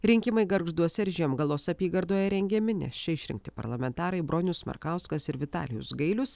rinkimai gargžduose ir žiemgalos apygardoje rengiami čia išrinkti parlamentarai bronius markauskas ir vitalijus gailius